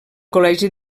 col·legi